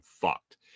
fucked